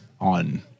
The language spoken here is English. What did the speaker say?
on